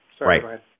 Right